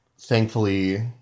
thankfully